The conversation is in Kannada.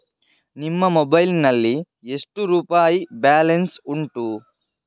ನಿನ್ನ ಮೊಬೈಲ್ ನಲ್ಲಿ ಎಷ್ಟು ರುಪಾಯಿ ಬ್ಯಾಲೆನ್ಸ್ ಉಂಟು?